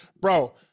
bro